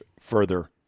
further